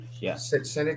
yes